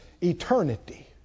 Eternity